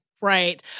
right